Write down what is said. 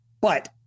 But-